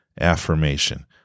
affirmation